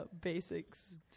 basics